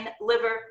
liver